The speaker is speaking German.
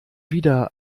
wieder